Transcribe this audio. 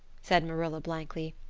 said marilla blankly,